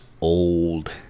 old